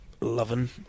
loving